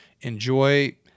Enjoy